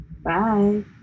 Bye